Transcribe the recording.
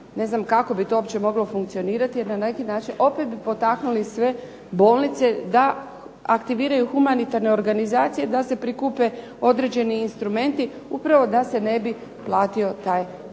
ne znam kako bi to uopće moglo funkcionirati, jer na neki način opet bi potaknuli sve bolnice da aktiviraju humanitarne organizacije da se prikupe određeni instrumenti upravo da se ne platio taj PDV.